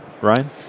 Ryan